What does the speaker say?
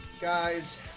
guys